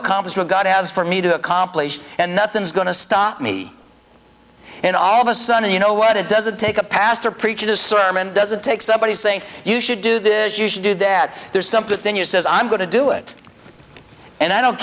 accomplish what god has for me to accomplish and nothing's going to stop me and all of a sudden you know what it doesn't take a pastor preach a sermon doesn't take somebody saying you should do this you should do that there's something you says i'm going to do it and i don't